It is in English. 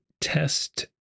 test